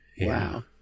Wow